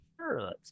Sure